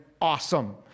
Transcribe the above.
Awesome